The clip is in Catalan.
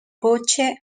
cotxe